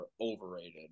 overrated